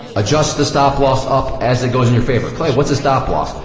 adjust the stop loss up as it goes in your favor. clay, what's a stop loss?